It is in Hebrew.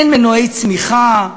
אין מנועי צמיחה,